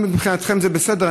אם מבחינתכם זה בסדר,